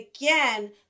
again